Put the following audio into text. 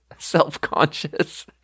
self-conscious